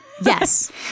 Yes